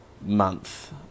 month